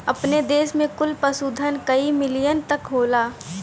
अपने देस में कुल पशुधन कई मिलियन तक होला